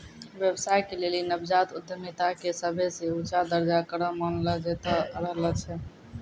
व्यवसाय के लेली नवजात उद्यमिता के सभे से ऊंचा दरजा करो मानलो जैतो रहलो छै